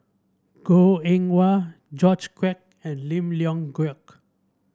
Goh Eng Wah George Quek and Lim Leong Geok